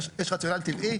יש רציונל טבעי